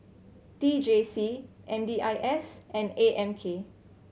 T J C M D I S and A M K